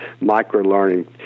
micro-learning